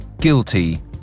guilty